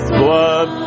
blood